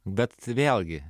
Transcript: bet vėlgi